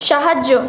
সাহায্য